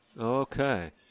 Okay